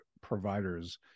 providers